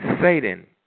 Satan